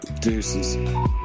deuces